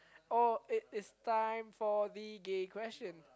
oh it is time for the gay question